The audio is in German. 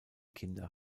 kinder